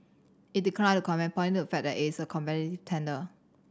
it declined to comment pointing to the fact that it is a competitive tender